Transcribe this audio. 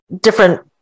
different